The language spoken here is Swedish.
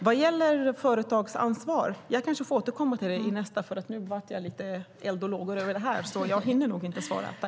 Jag får kanske återkomma till företagsansvar i nästa replik. För jag blev lite eld och lågor över det här, så jag hinner nog inte nu.